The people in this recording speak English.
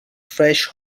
fresh